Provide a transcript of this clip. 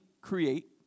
create